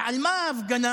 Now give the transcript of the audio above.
ועל מה ההפגנה?